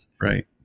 Right